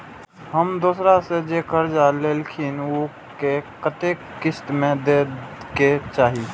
हम दोसरा से जे कर्जा लेलखिन वे के कतेक किस्त में दे के चाही?